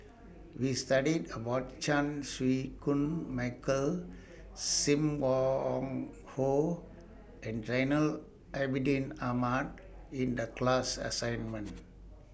We studied about Chan Chew Koon Michael SIM Wong Hoo and Zainal Abidin Ahmad in The class assignment